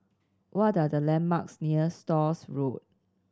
what are the landmarks near Stores Road